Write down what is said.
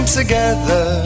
together